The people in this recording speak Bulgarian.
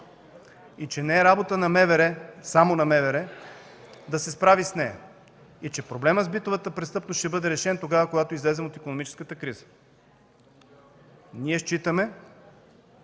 и че не е работа само на МВР да се справи с нея. И че проблемът с битовата престъпност ще бъде решен тогава, когато излезем от икономическата криза. Ние считаме,